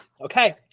Okay